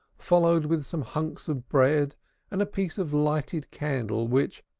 followed with some hunks of bread and a piece of lighted candle, which,